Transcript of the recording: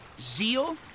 zeal